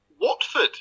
Watford